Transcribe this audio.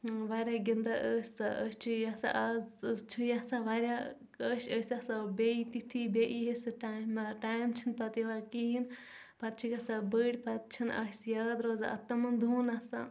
واریاہ گِنٛدان أسۍ أسۍ چھِ یہِ ہسا آز چھِ یژھان واریاہ کاش أسۍ آسہو بیٚیہِ تِتھی بیٚیہِ ییہے سُہ ٹایم مگر ٹایم چھُنہٕ پتہٕ یِوان کِہیٖنٛۍ پتہٕ چھِ گژھان بٔڑۍ پتہٕ چھِنہٕ أسۍ یاد روزان تِمن دۄہن آسان